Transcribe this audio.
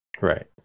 Right